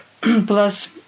Plus